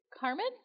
Carmen